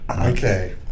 okay